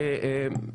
כן.